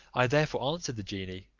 i therefore answered the genie,